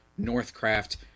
Northcraft